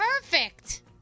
perfect